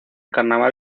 carnaval